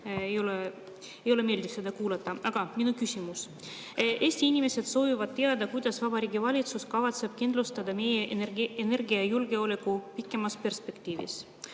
ei ole meeldiv seda kuulata. Aga minu küsimus. Eesti inimesed soovivad teada, kuidas Vabariigi Valitsus kavatseb kindlustada meie energiajulgeoleku pikemas perspektiivis.